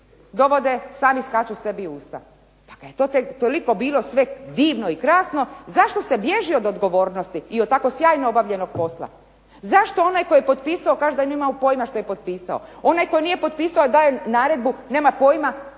dovode i skaču sami sebi u usta. Pa kada je toliko sve to bilo divno krasno zašto se bježi od odgovornosti i od tako sjajno obavljenog posla? Zašto onaj tko je potpisao kaže da nije imao pojma što je potpisao. Onaj tko nije potpisao naredbu nema pojma